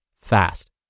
fast